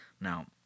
Now